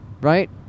Right